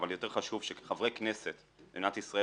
אבל יותר חשוב שחברי כנסת במדינת ישראל